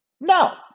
No